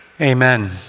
Amen